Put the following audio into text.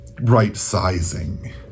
right-sizing